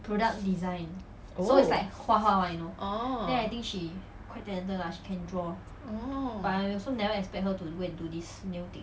oh orh